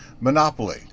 Monopoly